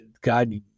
God